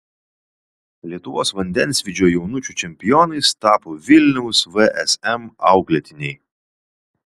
lietuvos vandensvydžio jaunučių čempionais tapo vilniaus vsm auklėtiniai